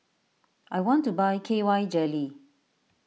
I want to buy K Y Jelly